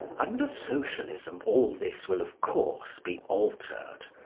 under socialism all this will, of course, be altered.